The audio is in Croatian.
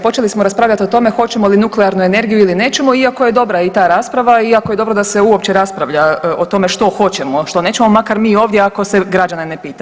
Počeli smo raspravljati o tome hoćemo li nuklearnu energiju ili nećemo iako je dobra i ta rasprava, iako je dobro da se uopće raspravlja o tome što hoćemo, a što nećemo makar mi ovdje ako se građane ne pita.